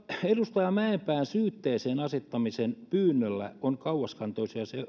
edustaja mäenpään syytteeseen asettamisen pyynnöllä on kauaskantoisia